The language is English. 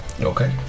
Okay